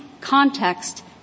context